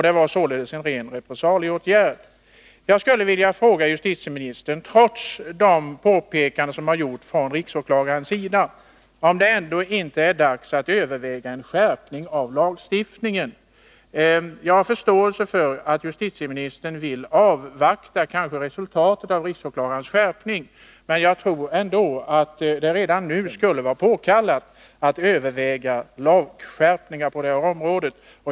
Det var således en ren repressalieåtgärd. Jag skulle vilja fråga justitieministern, trots de påpekanden som gjorts från riksåklagarens sida, om det ändå inte är dags att överväga en skärpning av lagstiftningen. Jag har förståelse för att justitieministern kanske vill avvakta resultatet av riksåklagarens skärpning, men jag tror ändå att det redan nu skulle vara påkallat att överväga lagskärpningar på det här området.